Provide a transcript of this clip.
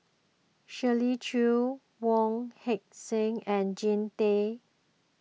Shirley Chew Wong Heck Sing and Jean Tay